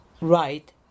right